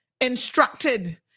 instructed